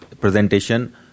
presentation